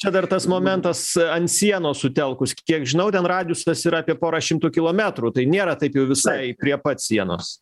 čia dar tas momentas ant sienos sutelkus kiek žinau ten radiusas yra apie porą šimtų kilometrų tai nėra taip jau visai prie pat sienos